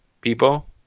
people